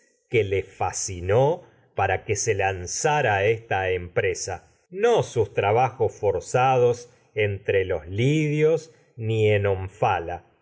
que le fascinó para que se lanzara a esta empresa forzados entre los sus trabajos lidios ni en onfala